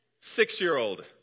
Six-year-old